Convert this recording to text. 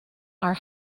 are